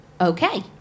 Okay